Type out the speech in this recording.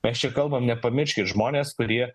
mes čia kalbam nepamirškit žmonės kurie